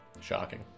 Shocking